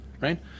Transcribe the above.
right